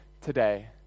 today